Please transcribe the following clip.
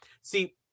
see